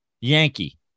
Yankee